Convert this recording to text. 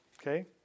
okay